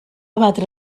batre